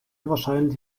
wahrscheinlich